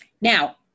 Now